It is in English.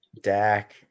Dak